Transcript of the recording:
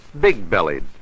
big-bellied